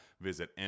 visit